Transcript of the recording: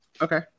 Okay